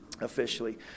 officially